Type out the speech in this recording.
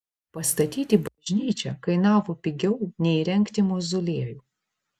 pastatyti bažnyčią kainavo pigiau nei įrengti mauzoliejų